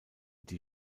die